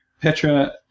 Petra